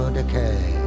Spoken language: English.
decay